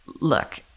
Look